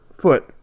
foot